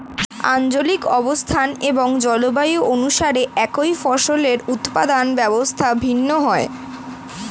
আঞ্চলিক অবস্থান এবং জলবায়ু অনুসারে একই ফসলের উৎপাদন ব্যবস্থা ভিন্ন হয়